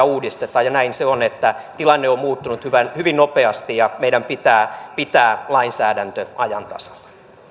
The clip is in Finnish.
uudistetaan ja näin se on että tilanne on muuttunut hyvin nopeasti ja meidän pitää pitää lainsäädäntö ajan tasalla